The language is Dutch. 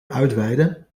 uitweiden